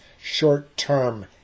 short-term